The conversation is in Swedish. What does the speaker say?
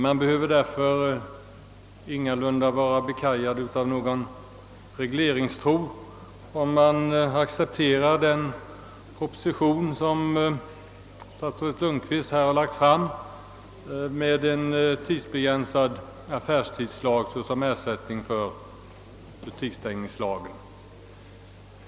Man behöver ingalunda vara bekajad av någon regleringstro, om man accepterar den proposition som statsrådet Lundkvist här lagt fram med förslag om en tidsbegränsad affärstidslag såsom ersättning för butiksstängningslagen.